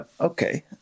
Okay